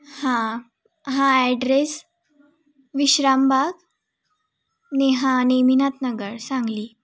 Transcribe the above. हां हां ॲड्रेस विश्राम बाग नेहा नेमिनाथ नगर सांगली